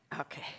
Okay